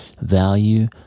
value